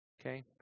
Okay